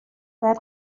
باید